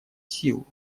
силу